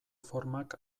formak